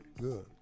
Good